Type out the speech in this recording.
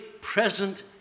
present